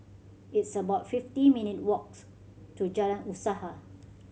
it's about fifty minute' walks to Jalan Usaha